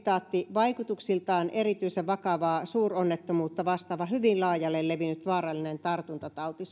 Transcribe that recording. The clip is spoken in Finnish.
vaikutuksiltaan erityisen vakavaa suuronnettomuutta vastaava hyvin laajalle levinnyt vaarallinen tartuntatauti